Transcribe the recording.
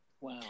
Wow